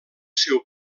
seu